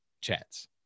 chats